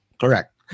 Correct